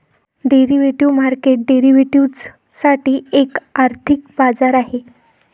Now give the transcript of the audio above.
derivative market derivatives साठी एक आर्थिक बाजार आहे